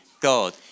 God